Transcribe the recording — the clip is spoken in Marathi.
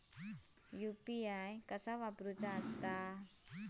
यू.पी.आय कसा वापरूचा?